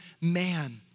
man